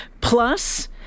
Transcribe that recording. plus